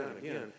Again